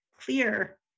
clear